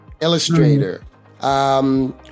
Illustrator